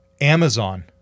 Amazon